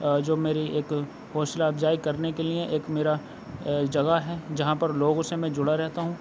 جو میری ایک حوصلہ افزائی کرنے کے لیے ایک میرا جگہ ہے جہاں پر لوگوں سے میں جڑا رہتا ہوں